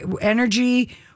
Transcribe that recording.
energy